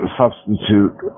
substitute